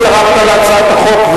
למה לא הצטרפת להצעת החוק,